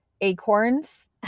acorns